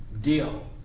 deal